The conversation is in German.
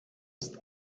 ist